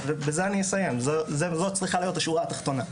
בזה אני אסיים, זאת צריכה להיות השורה התחתונה.